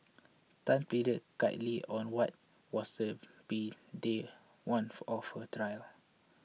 Tan pleaded guilty on what was to be day one of her trial